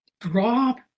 drop